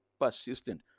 persistent